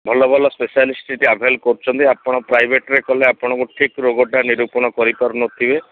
ଭଲ ଭଲ ସ୍ପେସାଲିଷ୍ଟ୍ ସେଇଠି ଆଭେଲ୍ କରୁଛନ୍ତି ଆପଣ ପ୍ରାଇଭେଟ୍ରେ କଲେ ଆପଣଙ୍କୁ ଠିକ୍ ରୋଗଟା ନିରୂପଣ କରିପାରୁନଥିବେ